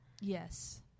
Yes